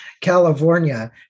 California